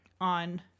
on